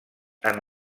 han